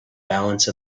balance